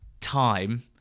time